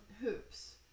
hoops